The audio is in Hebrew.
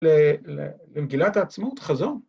למגילת העצמות, חזון.